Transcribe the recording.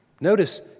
Notice